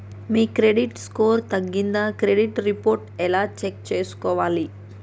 మీ credit score తగ్గిందా credit report ఎలా check చేసుకోవాలి?